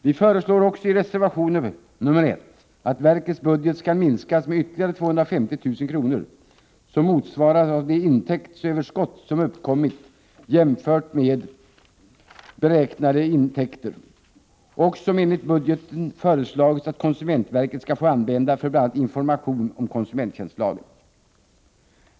Vi föreslår också i reservation nr 1 att verkets budget skall minskas med 245 000 kr., motsvarande det intäktsöverskott som uppkommit jämfört med beräknade intäkter och som konsumentverket i budgeten föreslagits få använda för bl.a. information om konsumenttjänstlagen.